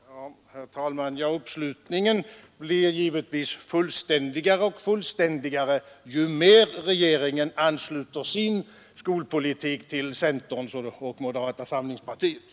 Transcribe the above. Herr talman! Ja, uppslutningen blir givetvis fullständigare och fullständigare ju mer regeringen ansluter sin skolpolitik till centerns och moderata samlingspartiets.